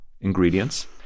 ingredients